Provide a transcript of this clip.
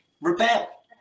rebel